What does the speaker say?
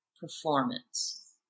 performance